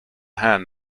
hand